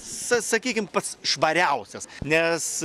sa sakykim pats švariausias nes